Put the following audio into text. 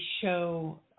show